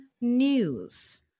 news